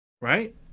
right